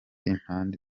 impande